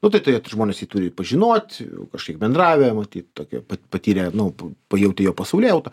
nu tai turėt žmonės jį turi pažinot kažkiek bendravę matyt tokie pat patyrę nu pa pajautę jo pasaulėjautą